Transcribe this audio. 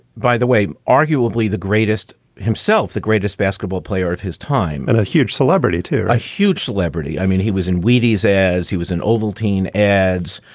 by the way, arguably the greatest himself, the greatest basketball player of his time. and a huge celebrity to a huge celebrity. i mean, he was in wheaties as he was in ovaltine ads.